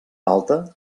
alta